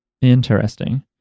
interesting